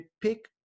pick